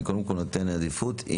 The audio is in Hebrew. אני קודם כול נותן עדיפות כאן.